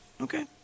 Okay